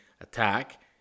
attack